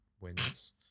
wins